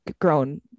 grown